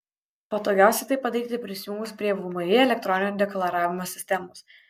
patogiausia tai padaryti prisijungus prie vmi elektroninio deklaravimo sistemos